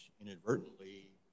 inadvertently